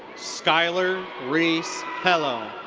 skylar reese pelo.